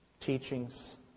teachings